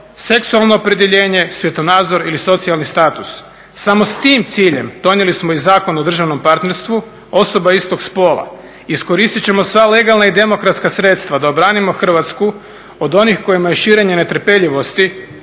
seksualno opredjeljenje, svjetonazor ili socijalni status. Samo s tim ciljem donijeli smo i Zakon o …/Govornik se ne razumije./… partnerstvu osoba istog spola. Iskoristit ćemo sva legalna i demokratska sredstva da obranimo Hrvatsku od onih kojima je širenje netrpeljivosti